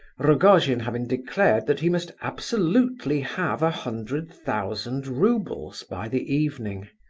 rogojin having declared that he must absolutely have a hundred thousand roubles by the evening.